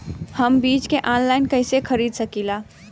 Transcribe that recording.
हम बीज के आनलाइन कइसे खरीद सकीला?